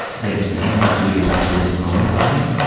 there's there's an ambiguity about who it's owned by